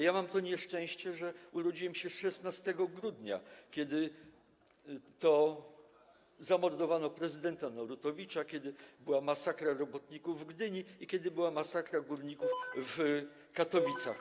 Ja mam to nieszczęście, że urodziłem się 16 grudnia, kiedy to zamordowano prezydenta Narutowicza, kiedy była masakra robotników w Gdyni i kiedy była masakra górników w Katowicach.